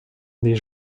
des